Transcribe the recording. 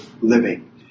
living